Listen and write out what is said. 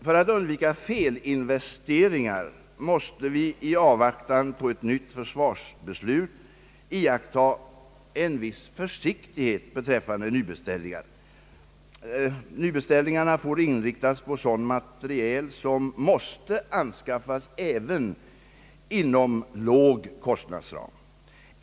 För att undvika felinvesteringar måste i avvaktan på ett nytt försvarsbeslut iakttas en viss försiktighet beträffande nybeställningar. Dessa får inriktas på sådan materiel som måste anskaffas även inom en låg kostnadsram.